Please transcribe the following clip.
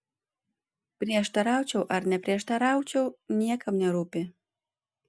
prieštaraučiau ar neprieštaraučiau niekam nerūpi